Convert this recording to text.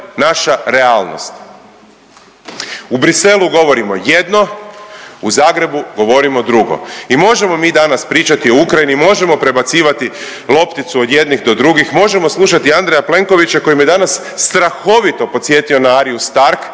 U Bruxellesu govorimo jedno, u Zagrebu govorimo drugo. I možemo mi danas pričati o Ukrajini, možemo prebacivati lopticu od jednih do drugih, možemo slušati Andreja Plenkovića koji me je danas strahovito podsjetio na Ariju Stark.